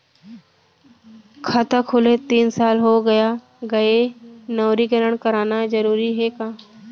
खाता खुले तीन साल हो गया गये हे नवीनीकरण कराना जरूरी हे का?